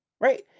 Right